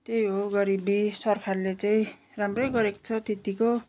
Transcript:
त्यही हो गरिबी सरकारले चाहिँ राम्रै गरेको छ त्यत्तिको